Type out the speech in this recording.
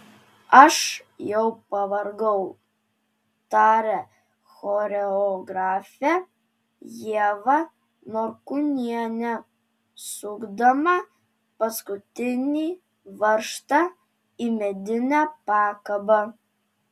aš jau pavargau tarė choreografė ieva norkūnienė sukdama paskutinį varžtą į medinę pakabą